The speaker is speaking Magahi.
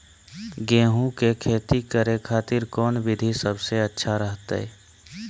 गेहूं के खेती करे खातिर कौन विधि सबसे अच्छा रहतय?